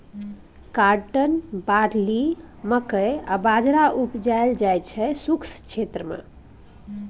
cotton, barley, मकइ आ बजरा उपजाएल जाइ छै शुष्क क्षेत्र मे